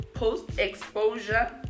Post-exposure